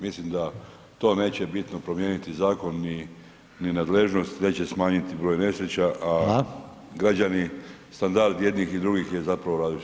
Mislim da to neće bitno promijeniti zakon ni nadležnost, neće smanjiti broj nesreća, a [[Upadica: Hvala.]] građani standard jednih i drugih je zapravo različit.